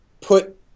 put